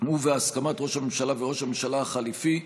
ובהסכמת ראש הממשלה וראש הממשלה החליפי,